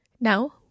Now